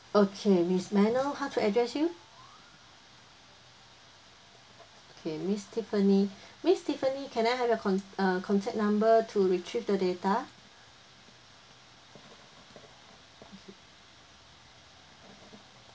okay miss may I know how to address you okay miss tiffany miss tiffany can I have your cont~ uh contact number to retrieve the data